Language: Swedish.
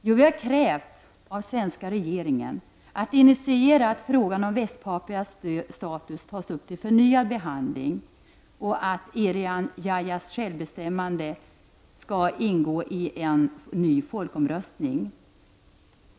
Jo, vi har krävt av den svenska regeringen att initiera att frågan om Västpapuas status tas upp till förnyad behandling och att Irian Jayas självbestämmande skall ingå i en ny folkomröstning.